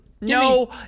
No